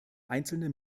einzelne